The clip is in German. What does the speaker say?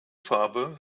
farben